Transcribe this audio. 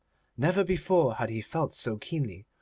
never before had he felt so keenly,